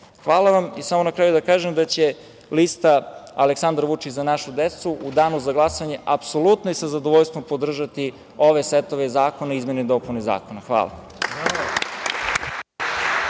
vam. Samo na kraju da kažem da će lista „Aleksandar Vučić – Za našu decu“ u Danu za glasanje apsolutno i sa zadovoljstvom podržati ove setove zakona i izmene i dopune zakona. Hvala.